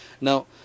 now